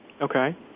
Okay